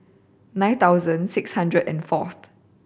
nine thousand six hundred and four